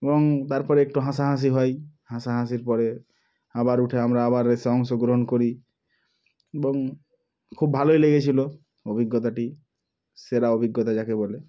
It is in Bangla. এবং তার পরে একটু হাসাহাসি হয় হাসাহাসির পরে আবার উঠে আমরা আবার রেসে অংশগ্রহণ করি এবং খুব ভালোই লেগেছিল অভিজ্ঞতাটি সেরা অভিজ্ঞতা যাকে বলে